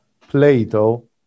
Plato